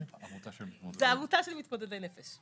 עמותה של מתמודדי נפש,